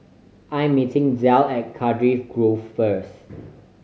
I'm meeting Del at Cardiff Grove first